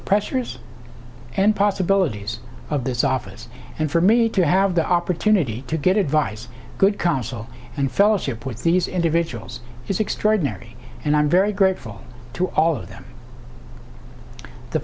the pressures and possibilities of this office and for me to have the opportunity to get advice good counsel and fellowship with these individuals is extraordinary and i'm very grateful to all of them the